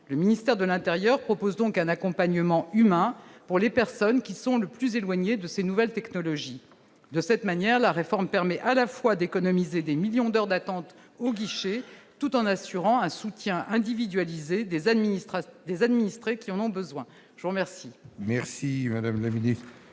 le ministère de l'Intérieur propose donc un accompagnement humain pour les personnes qui sont le plus éloignés de ces nouvelles technologies de cette manière la réforme permet à la fois d'économiser des millions d'heures d'attente au guichet tout en assurant un soutien individualisé des administrateurs des administrés qui en ont besoin, je vous remercie,